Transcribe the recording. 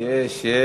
יש אחריו, יש,